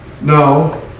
No